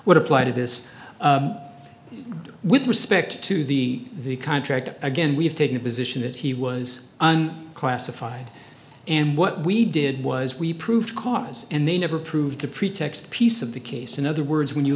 would apply to this with respect to the the contract again we've taken a position that he was classified and what we did was we proved cause and they never proved the pretext piece of the case in other words when you